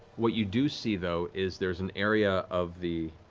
what you do see, though, is there's an area of the